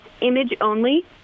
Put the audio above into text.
image-only